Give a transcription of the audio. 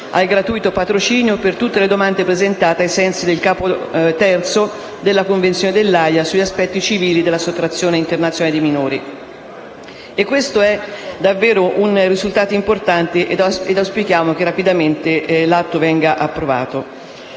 al gratuito patrocinio per tutte le domande presentate ai sensi del capo III della Convezione dell'Aja sugli aspetti civili della sottrazione internazionale dei minori. E questo è davvero un risultato importante e auspichiamo che rapidamente l'Atto venga approvato.